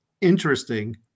interesting